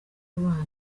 banyu